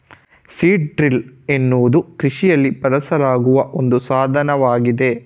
seed drill ಎನ್ನುವುದು ಕೃಷಿಯಲ್ಲಿ ಬಳಸಲಾಗುವ ಒಂದು ಸಾಧನವಾಗಿದೆ